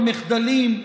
במחדלים,